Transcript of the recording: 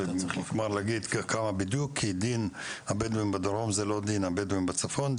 להגיד כמה בדיוק כי דין הבדואים בדרום זה לא דין הבדואים בצפון,